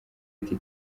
ati